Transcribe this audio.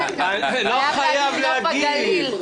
הגענו